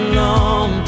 long